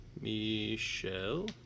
Michelle